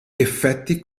effetti